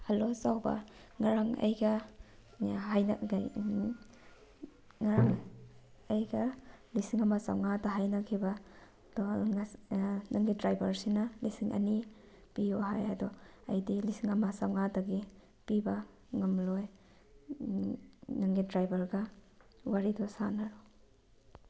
hello ꯆꯥꯎꯕ ꯉꯔꯥꯡ ꯑꯩꯒ ꯍꯥꯏꯅ ꯀꯔꯤ ꯉꯔꯥꯡ ꯑꯩꯒ ꯂꯤꯁꯤꯡ ꯑꯃ ꯆꯥꯝꯃꯉꯥꯗ ꯍꯥꯏꯅꯈꯤꯕꯗꯣ ꯅꯪꯒꯤ ꯗ꯭ꯔꯥꯏꯕꯔꯁꯤꯅ ꯂꯤꯁꯤꯡ ꯑꯅꯤ ꯄꯤꯌꯨ ꯍꯥꯏ ꯑꯗꯣ ꯑꯩꯗꯤ ꯂꯤꯁꯤꯡ ꯑꯃ ꯆꯥꯝꯃꯉꯥꯗꯒꯤ ꯄꯤꯕ ꯉꯝꯂꯣꯏ ꯅꯪꯒꯤ ꯗ꯭ꯔꯥꯏꯕꯔꯒ ꯋꯥꯔꯤꯗꯨ ꯁꯥꯟꯅꯔꯣ